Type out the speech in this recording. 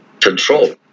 control